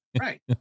Right